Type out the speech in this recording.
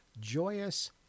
joyous